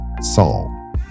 Saul